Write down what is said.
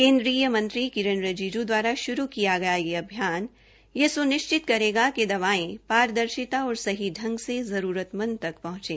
केन्द्रीय मंत्री किरेन रिजीजू द्वारा शुरू किया गया यह बह्पक्षीय अभियान यह स्निश्चित करेगा कि दवायें पारदर्शिता और सही ढंग से जरूरतमंदों तक पहंचे